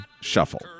Shuffle